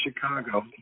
chicago